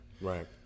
Right